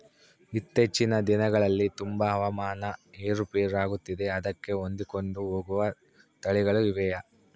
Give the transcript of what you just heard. ಇತ್ತೇಚಿನ ದಿನಗಳಲ್ಲಿ ತುಂಬಾ ಹವಾಮಾನ ಏರು ಪೇರು ಆಗುತ್ತಿದೆ ಅದಕ್ಕೆ ಹೊಂದಿಕೊಂಡು ಹೋಗುವ ತಳಿಗಳು ಇವೆಯಾ?